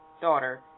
daughter